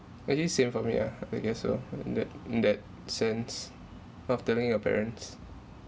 actually same for me ah me also in that in that sense of telling your parents